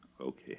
okay